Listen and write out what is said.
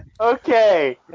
Okay